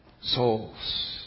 souls